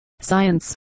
science